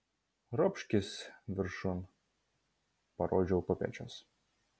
ropškis viršun parodžiau kopėčias